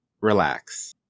relax